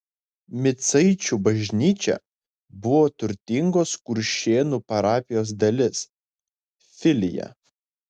micaičių bažnyčia buvo turtingos kuršėnų parapijos dalis filija